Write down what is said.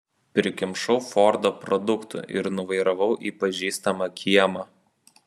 prikimšau fordą produktų ir nuvairavau į pažįstamą kiemą